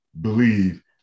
believe